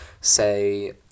say